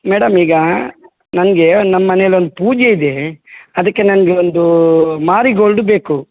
madam ಈಗ ನನ್ಗೆ ನಮ್ಮ ಮನೇಲ್ಲಿ ಒಂದು ಪೂಜೆ ಇದೆ ಅದಕ್ಕೆ ನನಗೆ ಒಂದು ಮಾರಿಗೋಲ್ಡು ಬೇಕು